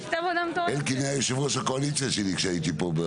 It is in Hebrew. אלקין היה יושב ראש הקואליציה שלי כשהייתי פה.